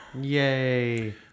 Yay